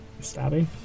Stabby